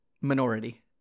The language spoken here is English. minority